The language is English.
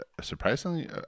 surprisingly